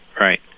right